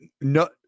No